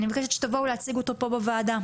תבואו להציג אותו בוועדה.